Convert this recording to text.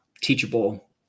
teachable